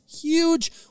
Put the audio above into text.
huge